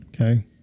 Okay